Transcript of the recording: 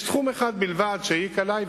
יש תחום אחד בלבד שהעיק עלי,